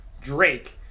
Drake